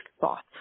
thoughts